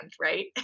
right